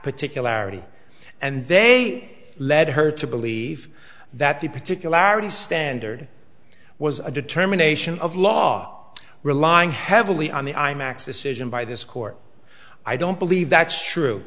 particularity and they led her to believe that the particularities standard was a determination of law relying heavily on the imax decision by this court i don't believe that's true